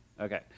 Okay